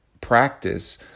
practice